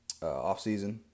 offseason